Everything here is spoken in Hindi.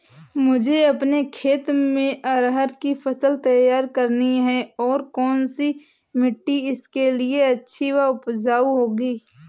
मुझे अपने खेत में अरहर की फसल तैयार करनी है और कौन सी मिट्टी इसके लिए अच्छी व उपजाऊ होगी?